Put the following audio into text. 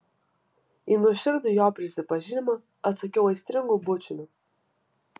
į nuoširdų jo prisipažinimą atsakiau aistringu bučiniu